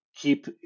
Keep